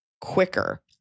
quicker